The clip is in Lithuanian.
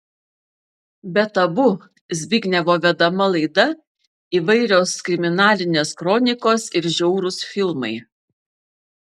be tabu zbignevo vedama laida įvairios kriminalinės kronikos ir žiaurūs filmai